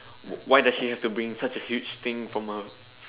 why does she have to bring such a huge thing from a